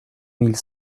mille